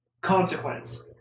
consequence